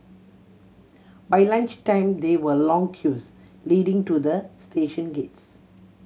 by lunch time there were long queues leading to the station gates